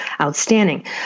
outstanding